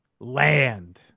land